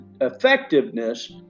effectiveness